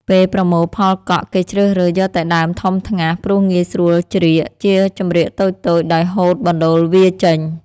ពេលប្រមូលផលកក់ គេជ្រើសរើសយកតែដើមធំថ្ងាស ព្រោះងាយស្រួលច្រៀក ជាចំរៀកតូចៗ ដោយហូតបណ្តូលវាចេញ ។